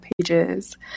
pages